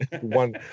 One